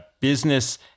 business